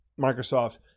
Microsoft